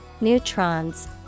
neutrons